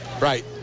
right